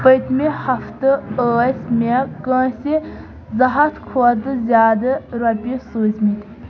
پٔتمہِ ہفتہٕ ٲسی مےٚ کٲنٛسہِ زٕ ہتھ کھۄتہٕ زِیادٕ رۄپیہِ سوٗزمِتۍ